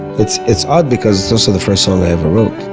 it's it's odd because it's also the first song i ever wrote.